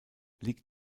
liegt